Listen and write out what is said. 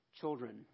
children